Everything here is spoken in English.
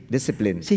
Discipline